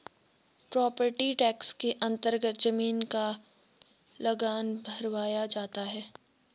property tax के अन्तर्गत जमीन का लगान भरवाया जाता है